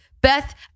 Beth